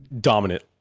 dominant